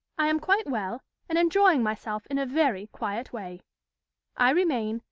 i am quite well, and enjoying myself in a very quiet way i remain,